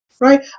right